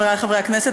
חבריי חברי הכנסת,